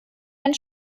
ein